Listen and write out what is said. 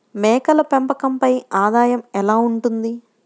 మేకల పెంపకంపై ఆదాయం ఎలా ఉంటుంది?